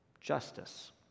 justice